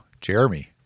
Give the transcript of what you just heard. Jeremy